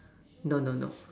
no no no